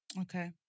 Okay